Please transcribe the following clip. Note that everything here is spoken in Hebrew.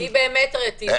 תירגעי את.